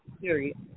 Period